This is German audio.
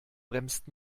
bremst